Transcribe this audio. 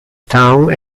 town